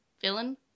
Villain